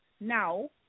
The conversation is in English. now